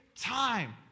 time